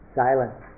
silent